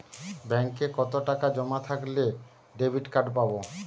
ব্যাঙ্কে কতটাকা জমা থাকলে ডেবিটকার্ড পাব?